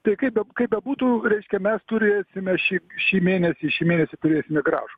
tai kaip beb kaip bebūtų reiškia mes turėsime šį šį mėnesį šį mėnesį turėsime gražų